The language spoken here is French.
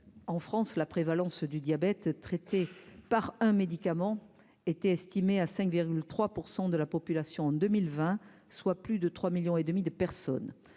En France, la prévalence du diabète traité par un médicament était estimé à 5,3 pour 100 de la population en 2020, soit plus de 3 millions et demi de personnes